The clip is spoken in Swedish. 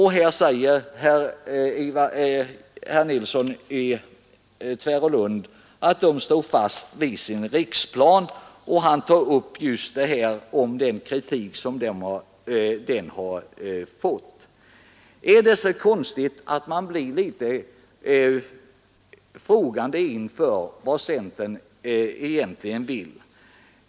Herr Nilsson i Tvärålund säger nu att centern står fast vid sin riksplan, och han tar upp den kritik som denna har utsatts för. Är det så underligt att man blir litet frågande inför vad centern egentligen vill?